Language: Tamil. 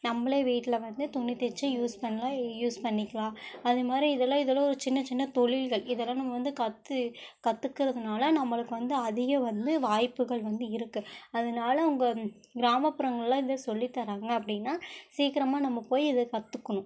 நம்மளே வீட்டில் வந்து துணி தச்சு யூஸ் பண்ணலாம் யூஸ் பண்ணிக்கலாம் அதுமாதிரி இதெல்லாம் இதெல்லாம் ஒரு சின்ன சின்ன தொழில்கள் இதெல்லாம் நம்ம வந்து கற்று கற்றுக்கறதுனால நம்மளுக்கு வந்து அதிக வந்து வாய்ப்புகள் வந்து இருக்குது அதனால உங்கள் கிராமப்புறங்கள்லாம் இதை சொல்லித்தராங்களா அப்படின்னா சீக்கிரமாக நம்ம போய் இதை கற்றுக்கணும்